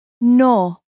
No